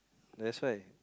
that's why